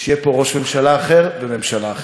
שיהיה פה ראש ממשלה אחר וממשלה אחרת.